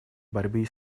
борьбы